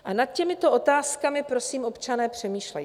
A nad těmito otázkami, prosím občané, přemýšlejte.